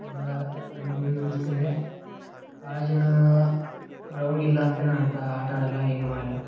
ಹಾಗೇ ನಂದು ಇನ್ನೊಂದು ಅನಿಸಿಕೆ ಅಂದರೆ ಭಾಳ್ ಜನ ಗ್ರೌಂಡ್ ಇಲ್ಲ ಅಂತಾನೆ ಅಂತ ಆಟ ಆಡೋಲ್ಲ ಏನು ಮಾಡೋಲ್ಲ